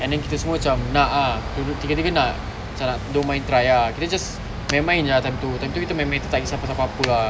and then kita semua cam nak ah tiga-tiga nak cam don't mind try ah kita just main-main time tu time tu kita main-main tak kesah pasal pape ah